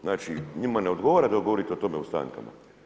Znači njima ne odgovara da govorite o tome u stankama.